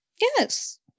Yes